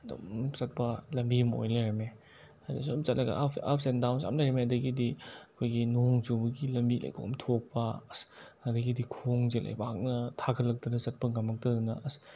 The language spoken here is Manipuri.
ꯑꯗꯨꯝ ꯆꯠꯄ ꯂꯝꯕꯤ ꯑꯃ ꯑꯣꯏ ꯂꯩꯔꯝꯃꯦ ꯑꯗ ꯁꯨꯝ ꯆꯠꯂꯒ ꯑꯞꯁ ꯑꯞꯁ ꯑꯦꯟ ꯗꯥꯎꯟꯁ ꯌꯥꯝ ꯂꯩꯔꯝꯃꯦ ꯑꯗꯒꯤꯗꯤ ꯑꯩꯈꯣꯏꯒꯤ ꯅꯣꯡ ꯆꯨꯕꯒꯤ ꯂꯝꯕꯤ ꯂꯩꯈꯣꯝ ꯊꯣꯛꯄ ꯑꯁ ꯑꯗꯒꯤꯗꯤ ꯈꯣꯡꯁꯦ ꯂꯩꯕꯥꯛꯅ ꯊꯥꯒꯠꯂꯛꯇꯅ ꯆꯠꯄ ꯉꯝꯃꯛꯇꯗꯅ ꯑꯁ